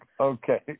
Okay